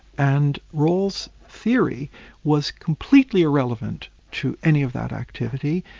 and rawls' theory was completely irrelevant to any of that activity.